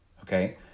Okay